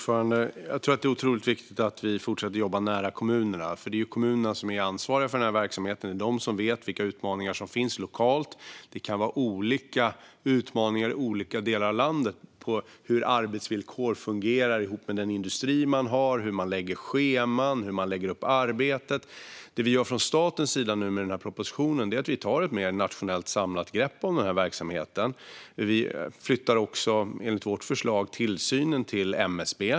Fru talman! Jag tror att det är otroligt viktigt att vi fortsätter att jobba nära kommunerna, för det är ju kommunerna som är ansvariga för den här verksamheten och som vet vilka utmaningar som finns lokalt. Det kan vara olika utmaningar i olika delar av landet, till exempel hur arbetsvillkoren fungerar ihop med den industri man har i kommunen, hur man lägger scheman och hur man lägger upp arbetet. Med propositionen tar vi från statens sida ett nationellt mer samlat grepp om den här verksamheten. Vi flyttar också, enligt vårt förslag, tillsynen till MSB.